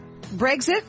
Brexit